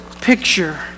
picture